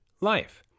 life